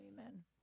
amen